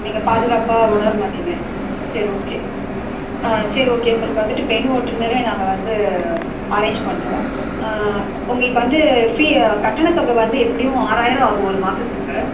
நீங்கள் பாதுகாப்பாக உணர மாட்டீங்க சரி ஓகே சரி ஓகே உங்களுக்கு வந்துட்டு பெண் ஓட்டுநரே நாங்கள் வந்து அரேஞ்ச் பண்ணுறோம் உங்களுக்கு வந்து ஃபீ கட்டணத்தொகை வந்து எப்படியும் ஆறாயிரம் ஆகும் ஒரு மாதத்துக்கு